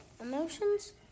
emotions